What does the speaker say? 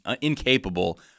incapable